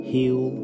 Heal